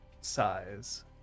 size